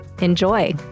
Enjoy